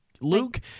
Luke